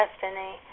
destiny